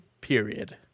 Period